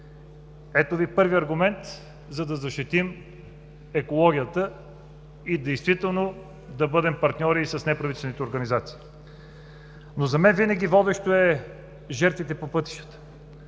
Ето Ви първият аргумент, за да защитим екологията и действително да бъдем партньори и с неправителствените организации. За мен винаги водещи са жертвите по пътищата,